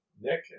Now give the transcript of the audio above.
Nick